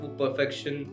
perfection